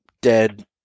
dead